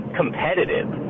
competitive